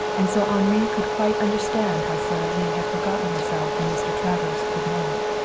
and so henri could quite understand how sara lee had forgotten herself when mr. travers could not.